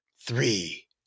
three